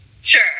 Sure